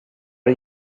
are